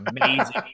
amazing